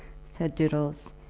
said doodles,